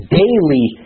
daily